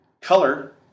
color